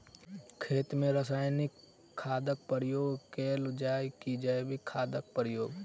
खेत मे रासायनिक खादक प्रयोग कैल जाय की जैविक खादक प्रयोग?